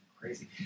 Crazy